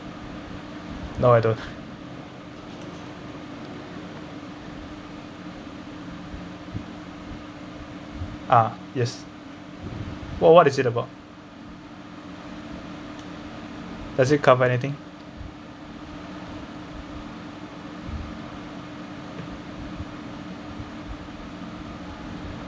no I don't ah yes oh what is it about does it cover anything